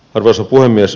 arvoisa puhemies